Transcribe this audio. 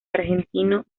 argentino